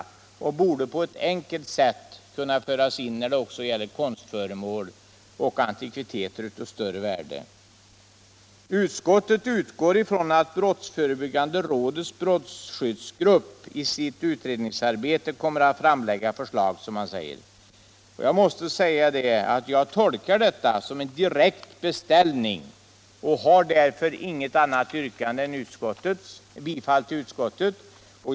Detsamma borde på ett enkelt sätt kunna genomföras när det gäller konstföremål och antikviteter av större värde. Utskottet utgår ifrån att brottsförebyggande rådets brottsskyddsgrupp i sitt utredningsarbete kommer att framlägga förslag. Jag tolkar detta som en direkt beställning och har därför inget annat yrkande än bifall till utskottets hemställan.